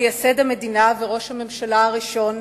מייסד המדינה וראש הממשלה הראשון,